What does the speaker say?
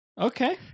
Okay